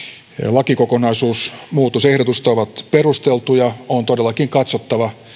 lakikokonaisuusmuutosehdotusta ovat perusteltuja on todellakin katsottava